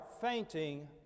fainting